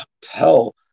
tell